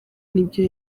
n’ibyo